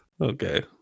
okay